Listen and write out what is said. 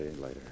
later